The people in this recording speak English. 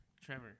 Trevor